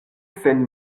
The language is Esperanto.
sen